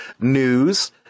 News